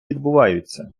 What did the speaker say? відбуваються